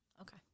okay